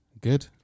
good